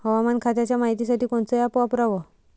हवामान खात्याच्या मायतीसाठी कोनचं ॲप वापराव?